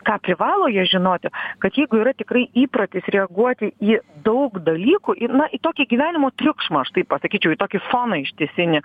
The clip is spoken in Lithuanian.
ką privalo jie žinoti kad jeigu yra tikrai įprotis reaguoti į daug dalykų į na į tokį gyvenimo triukšmą aš taip pasakyčiau į tokį foną ištisinį